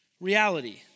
reality